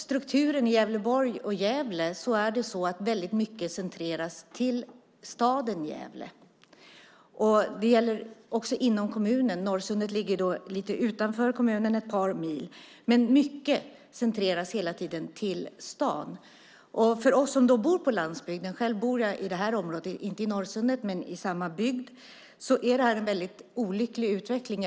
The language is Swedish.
Strukturen i Gävleborg och Gävle är sådan att väldigt mycket centreras till staden Gävle. Det gäller inom kommunen - Norrsundet ligger lite utanför kommunen, ett par mil utanför. Men mycket centreras hela tiden till staden. För oss som bor på landsbygden - själv bor jag i området, inte i Norrsundet men i samma bygd - är det här en väldigt olycklig utveckling.